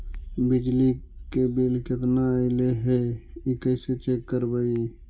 बिजली के बिल केतना ऐले हे इ कैसे चेक करबइ?